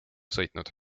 sõitnud